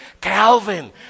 Calvin